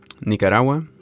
Nicaragua